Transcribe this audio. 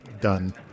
done